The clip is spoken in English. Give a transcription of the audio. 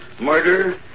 murder